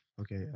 Okay